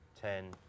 ten